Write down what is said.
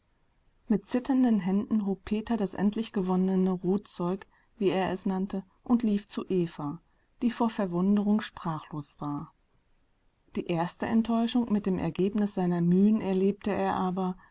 mit zitternden händen hob peter das endlich gewonnene rotzeug wie er es nannte und lief zu eva die vor verwunderung sprachlos war die erste enttäuschung mit dem ergebnis seiner mühen erlebte er aber